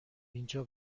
اینجا